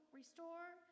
restore